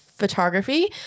Photography